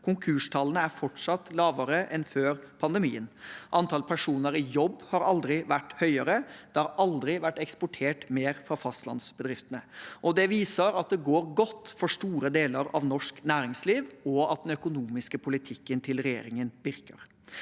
Konkurstallene er fortsatt lavere enn før pandemien. Antall personer i jobb har aldri vært høyere. Det har aldri vært eksportert mer fra fastlandsbedriftene. Det viser at det går godt for store deler av norsk næringsliv, og at den økonomiske politikken til regjeringen virker.